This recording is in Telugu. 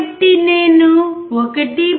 కాబట్టి నేను 1